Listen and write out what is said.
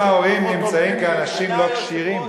אם ההורים נמצאים אנשים לא כשירים?